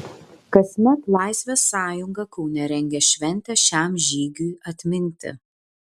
kasmet laisvės sąjunga kaune rengia šventę šiam žygiui atminti